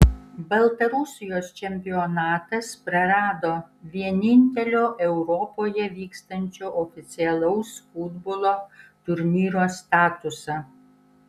baltarusijos čempionatas prarado vienintelio europoje vykstančio oficialaus futbolo turnyro statusą